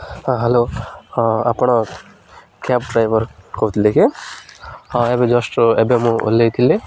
ହଁ ହ୍ୟାଲୋ ହ ଆପଣ କ୍ୟାବ୍ ଡ୍ରାଇଭର କହୁଥିଲେ କି ହଁ ଏବେ ଜଷ୍ଟ ଏବେ ମୁଁ ଓହ୍ଲେଇଥିଲି